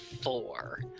Four